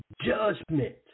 Judgment